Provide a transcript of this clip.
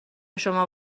شما